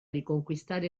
riconquistare